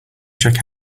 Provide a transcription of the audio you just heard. check